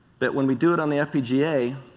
that when we do it on the fpga,